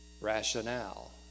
rationale